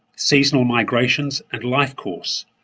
seasonal migrations and life course.